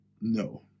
No